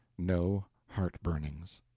no heart-burnings.